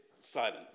silent